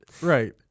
Right